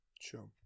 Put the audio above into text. Sure